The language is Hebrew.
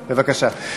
בבקשה.